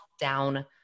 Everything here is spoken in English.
down